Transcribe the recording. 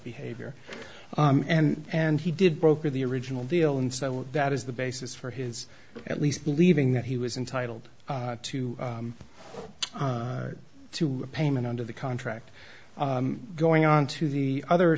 behavior and and he did broker the original deal and so that is the basis for his at least believing that he was intitled to two payment under the contract going on to the other